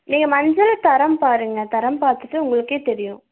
நீங்கள் மஞ்சளை தரம் பாருங்க தரம் பார்த்துட்டு உங்களுக்கே தெரியும்